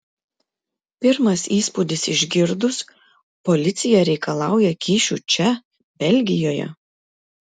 pirmas įspūdis išgirdus policija reikalauja kyšių čia belgijoje